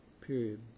period